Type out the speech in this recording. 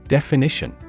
Definition